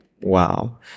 Wow